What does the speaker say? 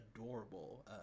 adorable